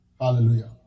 Hallelujah